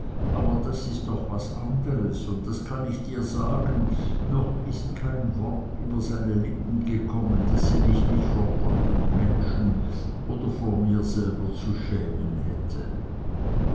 aber das ist doch was andres und das kann ich dir sagen noch ist kein wort über seine lippen gekommen dessen ich mich vor gott und menschen oder vor mir selber zu schämen hätte